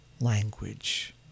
language